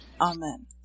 Amen